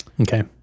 Okay